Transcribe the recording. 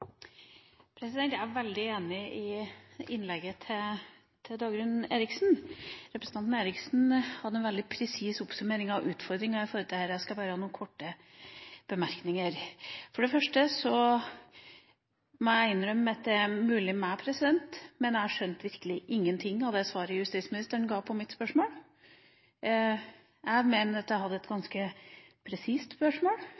veldig enig i det Dagrun Eriksen sier i sitt innlegg. Representanten Eriksen hadde en veldig presis oppsummering av utfordringer i forhold til dette. Jeg skal bare komme med noen korte bemerkninger. For det første: Det er mulig at det er meg, men jeg skjønte virkelig ingenting av det svaret justisministeren ga på mitt spørsmål. Jeg mener at jeg hadde et